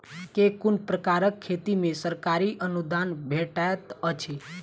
केँ कुन प्रकारक खेती मे सरकारी अनुदान भेटैत अछि?